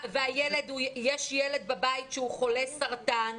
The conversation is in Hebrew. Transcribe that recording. ויש ילד בבית שהוא חולה סרטן,